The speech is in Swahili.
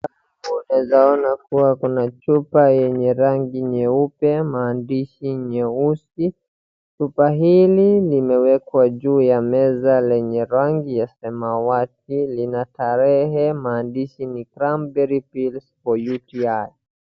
Hapo unaweza ona kuwa kuna chupa yenye rangi nyeupe, maandishi nyeusi. Chupa hili limewekwa juu ya meza lenye rangi ya samawati. Lina tarehe maandishi ni CRANBERRY PILLS FOR UTI .